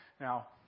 Now